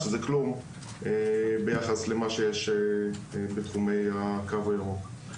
שזה כלום ביחס למה שיש בתחומי הקו הירוק.